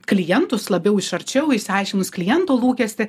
klientus labiau iš arčiau išsiaiškinus klientų lūkestį